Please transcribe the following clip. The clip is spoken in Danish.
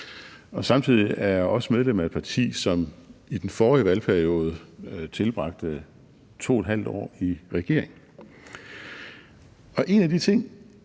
og samtidig er jeg også medlem af et parti, som i den forrige valgperiode tilbragte 2½ år i regering. En af de ting,